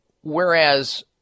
Whereas